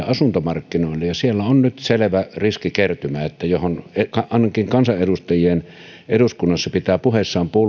asuntomarkkinoille ja siellä on nyt selvä riskikertymä johon ainakin kansanedustajien eduskunnassa pitää puheissaan